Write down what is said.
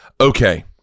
okay